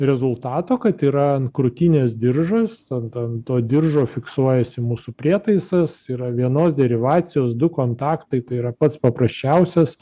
rezultato kad yra ant krūtinės diržas ant ant to diržo fiksuojasi mūsų prietaisas yra vienos derivacijos du kontaktai tai yra pats paprasčiausias